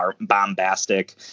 bombastic